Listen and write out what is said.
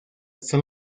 son